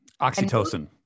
Oxytocin